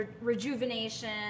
rejuvenation